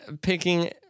picking